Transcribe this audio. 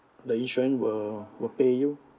the insurance will will pay you